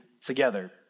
together